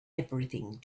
everything